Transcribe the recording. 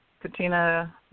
katina